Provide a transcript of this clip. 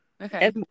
Okay